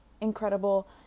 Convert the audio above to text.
incredible